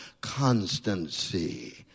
constancy